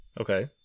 Okay